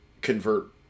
convert